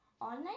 Online